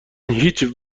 هیچ